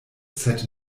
sed